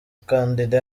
kandida